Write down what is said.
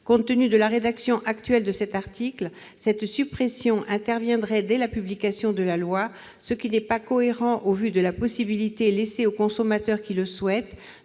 Compte tenu de la rédaction actuelle de cet article, cette suppression interviendrait dès la publication de la loi, ce qui n'est pas cohérent au vu de la possibilité laissée aux consommateurs qui le souhaitent